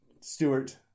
Stewart